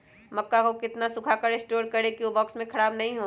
मक्का को कितना सूखा कर स्टोर करें की ओ बॉक्स में ख़राब नहीं हो?